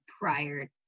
prior